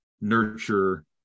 nurture